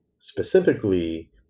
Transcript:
specifically